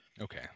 Okay